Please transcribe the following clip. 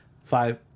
five